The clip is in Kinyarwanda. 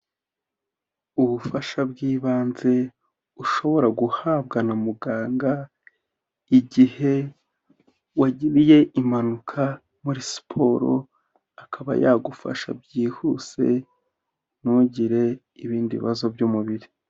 Ubufasha bw'ibanze ushobora guhabwa na muganga igihe wagiriye impanuka muri siporo, akaba yagufasha byihuse ntugire ibindi bibazo by'umubiri.